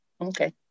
Okay